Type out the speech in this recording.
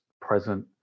present